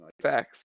facts